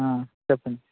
చెప్పండీ